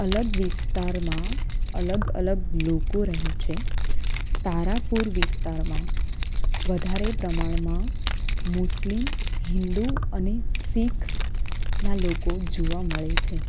અલગ વિસ્તારમાં અલગ અલગ લોકો રહે છે તારાપુર વિસ્તારમાં વધારે પ્રમાણમાં મુસ્લિમ હિન્દુ અને શીખ ના લોકો જોવા મળે છે